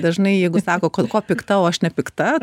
dažnai jeigu sako ko pikta o aš nepikta